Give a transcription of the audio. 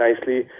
nicely